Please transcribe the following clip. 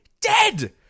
dead